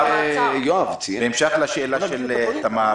--- בהמשך לשאלה של תמר,